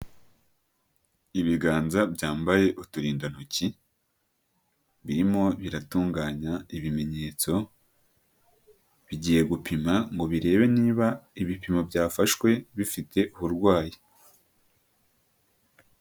Ibiganza byambaye uturindantoki, birimo biratunganya ibimenyetso, bigiye gupima ngo birebe niba ibipimo byafashwe bifite uburwayi.